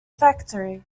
factory